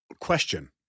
Question